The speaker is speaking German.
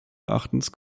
erachtens